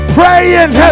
praying